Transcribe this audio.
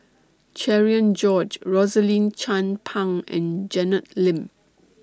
Cherian George Rosaline Chan Pang and Janet Lim